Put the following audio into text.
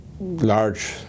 large